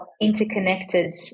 interconnected